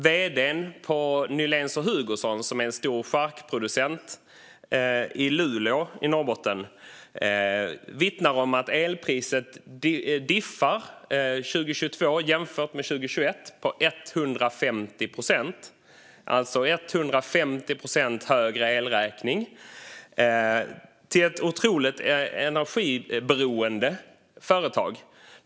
Vd:n på Nyhléns Hugosons, som är en stor charkproducent i Luleå i Norrbotten, vittnar om att elpriset diffar med 150 procent 2022 jämfört med 2021. Elräkningen är alltså 150 procent högre för detta otroligt energiberoende företag.